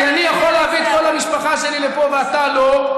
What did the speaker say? כי אני יכול להביא את כל המשפחה שלי לפה ואתה לא.